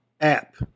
app